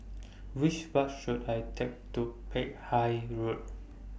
Which Bus should I Take to Peck Hay Road